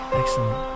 excellent